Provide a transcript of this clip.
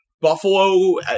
Buffalo